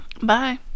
Bye